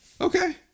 okay